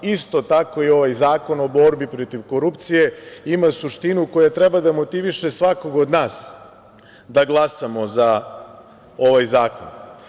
Isto tako i ovaj Zakon o borbi protiv korupcije ima suštinu koja treba da motiviše svakoga od nas da glasamo za ovaj zakon.